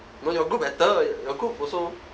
no you group better your group also